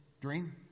dream